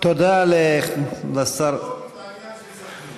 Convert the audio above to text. אדוני השר, תבדוק את העניין של סח'נין.